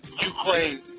Ukraine